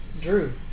Drew